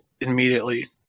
immediately